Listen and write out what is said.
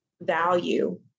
value